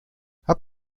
habt